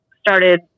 started